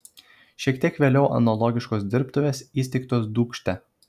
šiek tiek vėliau analogiškos dirbtuvės įsteigtos dūkšte